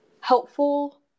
helpful